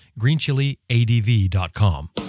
GreenChiliADV.com